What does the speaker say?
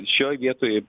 šioj vietoj